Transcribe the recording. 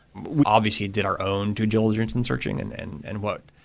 we obviously did our own due diligence in searching and and and what,